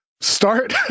start